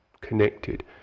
connected